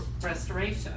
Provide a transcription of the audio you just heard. restoration